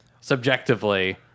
subjectively